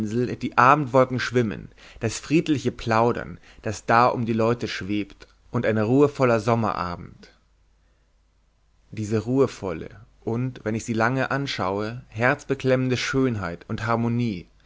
die abendwolken schwimmen das friedliche plaudern das da um die leute schwebt und ruhevoller sommerabend diese ruhevolle und wenn ich sie lange anschaue herzbeklemmende schönheit und harmonie